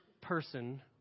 person